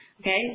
Okay